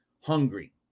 hungry